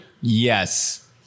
Yes